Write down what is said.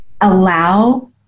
allow